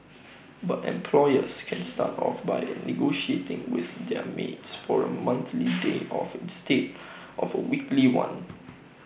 but employers can start off by negotiating with their maids for A monthly day off instead of A weekly one